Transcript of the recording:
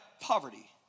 poverty